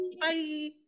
Bye